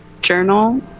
journal